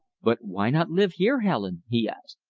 but why not live here, helen? he asked.